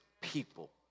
people